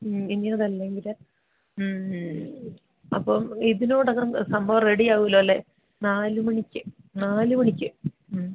മ് ഇനി അതല്ലെങ്കിൽ മ് ഇതിന് അപ്പം ഇതിനോടകം അങ്ങ് സംഭവം റെഡിയാവൂലോല്ലേ നാല് മണിക്ക് നാല് മണിക്ക് മ്